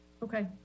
Okay